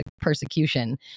persecution